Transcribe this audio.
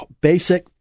basic